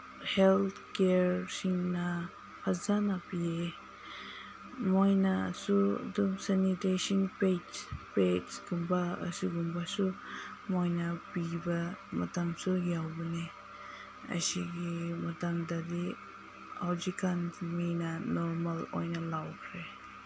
health ꯀꯤꯌꯔꯁꯤꯡꯅ ꯐꯖꯅ ꯄꯤꯌꯦ ꯃꯣꯏꯅꯁꯨ ꯑꯗꯨꯝ ꯁꯦꯅꯤꯇꯦꯁꯟ ꯄꯦꯠꯁ ꯀꯨꯝꯕ ꯑꯁꯤꯒꯨꯝꯕꯁꯨ ꯃꯣꯏꯅ ꯄꯤꯕ ꯃꯇꯝꯁꯨ ꯌꯥꯎꯕꯅꯦ ꯑꯁꯤꯒꯤ ꯃꯇꯝꯗꯗꯤ ꯍꯧꯖꯤꯛꯀꯥꯟꯒꯤ ꯃꯤꯅ ꯅꯣꯔꯃꯦꯜ ꯑꯣꯏꯅ ꯂꯧꯈ꯭ꯔꯦ